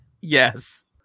Yes